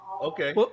Okay